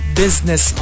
business